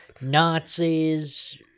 Nazis